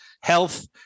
health